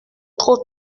trop